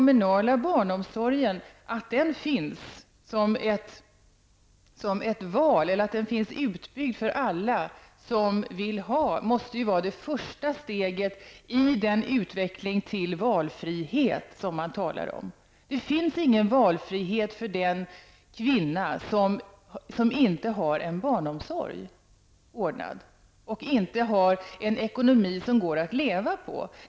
Men det första steget i den utveckling till valfrihet som man talar om måste ju vara att den kommunala barnomsorgen är så utbyggd att den finns för alla som vill ha den. Det finns ingen valfrihet för den kvinna som inte har en barnomsorg ordnad och inte har en ekonomi som går att leva på.